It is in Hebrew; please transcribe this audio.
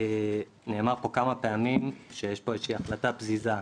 נאמר פה כמה פעמים שיש פה איזושהי החלטה פזיזה.